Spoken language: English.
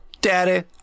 Daddy